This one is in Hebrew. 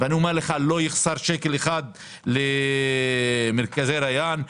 אני אומר לך שלא יחסר שקל אחד למרכזי ריאן.